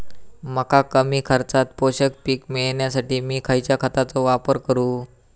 मका कमी खर्चात पोषक पीक मिळण्यासाठी मी खैयच्या खतांचो वापर करू?